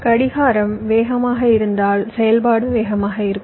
கடிகாரம் வேகமாக இருந்தால் செயல்பாடும் வேகமாக இருக்கும்